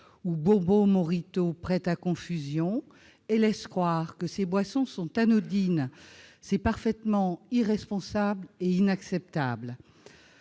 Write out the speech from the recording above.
ou Bonbon Mojito prêtent à confusion et laissent croire que ces boissons sont anodines, ce qui est parfaitement irresponsable et inacceptable.